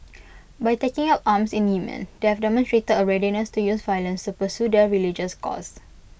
by taking up arms in Yemen they have demonstrated A readiness to use violence to pursue their religious cause